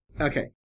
Okay